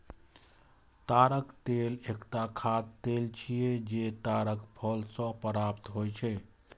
ताड़क तेल एकटा खाद्य तेल छियै, जे ताड़क फल सं प्राप्त होइ छै